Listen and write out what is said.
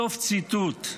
סוף ציטוט.